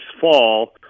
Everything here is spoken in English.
fall